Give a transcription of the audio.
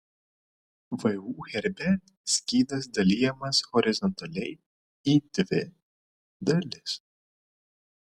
vu herbe skydas dalijamas horizontaliai į dvi dalis